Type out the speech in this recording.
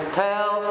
tell